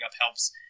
helps